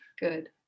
Good